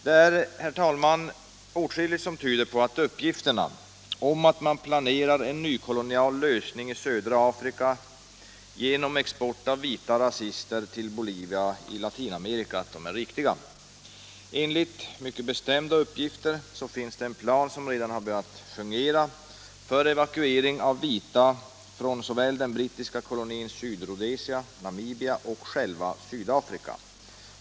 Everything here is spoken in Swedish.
Det är, herr talman, åtskilligt som tyder på att uppgifterna om att man planerar en nykolonial lösning i södra Afrika genom export av vita rasister till Bolivia i Latinamerika är riktiga. Enligt mycket bestämda uppgifter finns det en plan som redan har börjat fungera för evakuering av vita från såväl den brittiska kolonin Sydrhodesia som Namibia och själva Sydafrika.